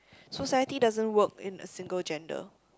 society doesn't work in a single gender